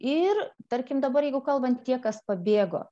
ir tarkim dabar jeigu kalbant tie kas pabėgo